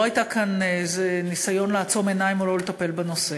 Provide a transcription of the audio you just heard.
לא היה כאן איזה ניסיון לעצום עיניים או לא לטפל בנושא.